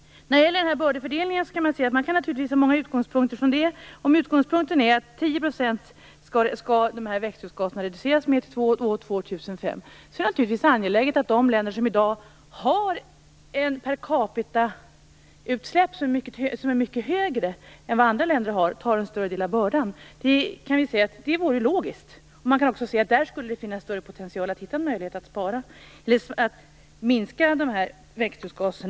Man kan ha många utgångspunkter när det gäller fördelningen av bördor. Om utgångspunkten är att växthusgaserna skall reduceras med 10 % till år 2005, är det naturligtvis angeläget att de länder som i dag har ett högre utsläpp per capita än vad andra länder har tar en större del av bördan. Det vore logiskt, och man kan också se att det där skulle finnas större potential att minska utsläppen av dessa växthusgaser.